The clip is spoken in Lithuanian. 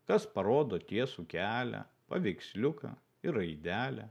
kas parodo tiesų kelią paveiksliuką ir raidelę